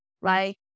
right